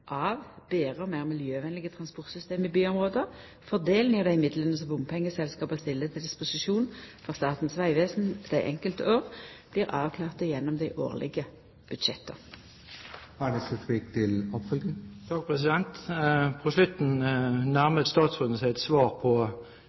av betre og meir miljøvenlege transportsystem i byområda. Fordelinga av dei midlane som bompengeselskapa stiller til disposisjon for Statens vegvesen dei enkelte år, blir avklart gjennom dei årlege budsjetta. På slutten nærmet statsråden seg et svar på